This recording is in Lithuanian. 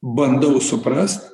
bandau suprast